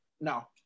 no